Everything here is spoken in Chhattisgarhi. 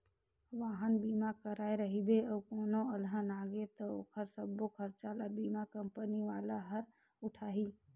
वाहन बीमा कराए रहिबे अउ कोनो अलहन आगे त ओखर सबो खरचा ल बीमा कंपनी वाला हर उठाही